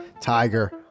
Tiger